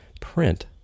print